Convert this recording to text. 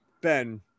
Ben